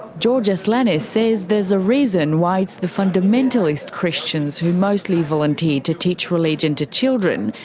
george aslanis says there's a reason why it's the fundamentalist christians who mostly volunteer to teach religion to children,